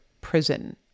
prison